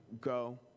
go